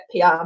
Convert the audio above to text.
PR